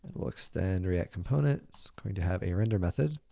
and we'll extend react components, going to have a render method.